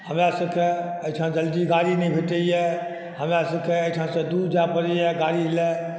हमरा सब के एहिठाम जल्दी गाड़ी नहि भेटैया हमरा सब के एहिठाम सँ दूर जाय पड़ैया गाड़ी लए